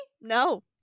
No